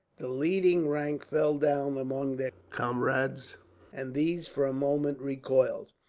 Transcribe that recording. the leading rank fell down among their comrades and these, for a moment, recoiled.